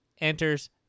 enters